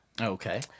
Okay